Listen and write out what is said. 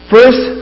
First